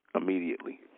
immediately